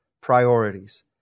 priorities